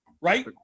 right